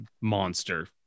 monster